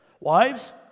Wives